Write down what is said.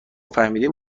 فهمیدیم